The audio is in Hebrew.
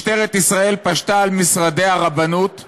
משטרת ישראל פשטה על משרדי הרבנות הראשית,